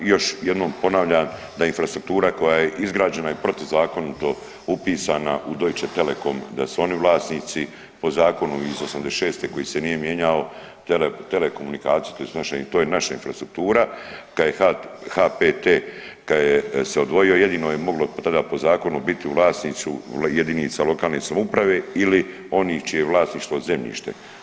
I još jednom ponavljam da infrastruktura koja je izgrađena i protuzakonito upisana u Deutsche Telekom da su oni vlasnici, po zakonu iz '86. koji se nije mijenjao telekomunikacije to je naša infrastruktura, kad je HPT, kad je se odvojio jedino je moglo tada po zakonu biti u vlasništvu jedinica lokalne samouprave ili onih čije je vlasništvo zemljište.